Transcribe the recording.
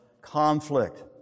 conflict